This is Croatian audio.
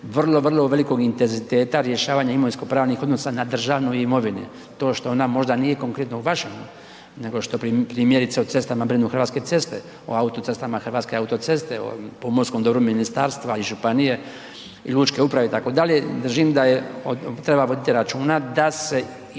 vrlo, vrlo velikog intenziteta rješavanja imovinsko-pravnih odnosa na državnoj imovini. To što ona možda nije konkretno u vašem, nego što primjerice o cestama brinu Hrvatske ceste, o autocestama Hrvatske autoceste, o pomorskom dobru ministarstva i županije i lučke uprave, itd., držim da je, treba voditi računa da se i